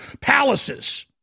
palaces